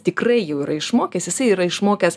tikrai jau yra išmokęs jisai yra išmokęs